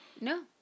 No